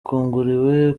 bakanguriwe